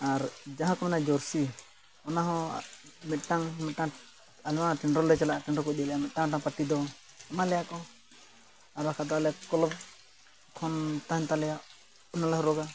ᱟᱨ ᱡᱟᱦᱟᱸ ᱠᱚ ᱢᱮᱱᱟ ᱡᱟᱨᱥᱤ ᱚᱱᱟ ᱦᱚᱸ ᱢᱤᱫᱴᱟᱝ ᱢᱤᱫᱴᱟᱝ ᱟᱨ ᱱᱚᱣᱟ ᱴᱮᱱᱰᱚᱨ ᱞᱮ ᱪᱟᱞᱟᱜ ᱴᱮᱱᱰᱚᱨ ᱠᱚ ᱤᱫᱤᱭᱮᱭᱟ ᱢᱤᱫᱴᱟᱝ ᱢᱤᱫᱴᱟᱝ ᱯᱟᱴᱤ ᱫᱚ ᱮᱢᱟ ᱞᱮᱭᱟ ᱠᱚ ᱟᱨ ᱵᱟᱠᱷᱟᱱ ᱫᱚ ᱟᱞᱮ ᱠᱚᱞᱚᱵ ᱠᱷᱚᱱ ᱛᱟᱦᱮᱱ ᱛᱟᱞᱮᱭᱟ ᱚᱱᱟ ᱞᱮ ᱦᱚᱨᱚᱜᱟ